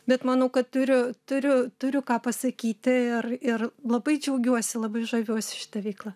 bet manau kad turiu turiu turiu ką pasakyti ir ir labai džiaugiuosi labai žaviuos šita veikla